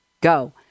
go